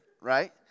right